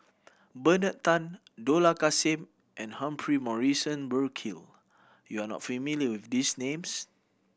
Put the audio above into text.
Bernard Tan Dollah Kassim and Humphrey Morrison Burkill you are not familiar with these names